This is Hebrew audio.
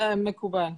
מקובל.